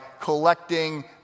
collecting